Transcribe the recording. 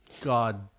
God